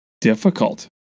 difficult